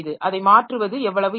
அதை மாற்றுவது எவ்வளவு எளிது